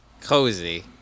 cozy